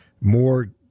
more